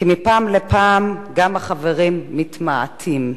כי מפעם לפעם גם החברים מתמעטים.